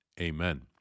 Amen